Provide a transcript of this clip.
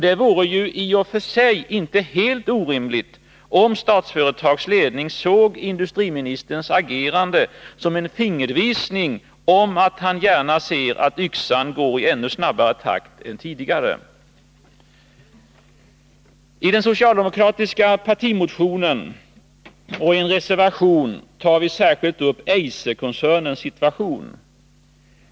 Det vore ju i och för sig inte helt orimligt om Statsföretags ledning såg industriministerns agerande som en fingervisning om att han gärna ser att yxan går i ännu snabbare takt än tidigare. I den socialdemokratiska partimotionen och i en reservation tar vi särskilt upp Eiserkoncernens situation.